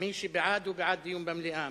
מי שבעד, הוא בעד במליאה.